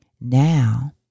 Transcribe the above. Now